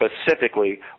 specifically